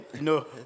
No